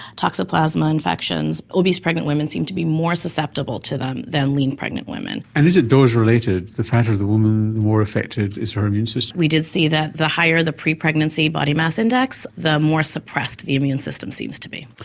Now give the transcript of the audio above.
toxoplasma infections. obese pregnant women seem to be more susceptible to them than lean pregnant women. and is it dose related? the fatter the woman, the more affected is her immune system? we did see that the higher the pre-pregnancy body-mass index, the more suppressed the immune system seems to be.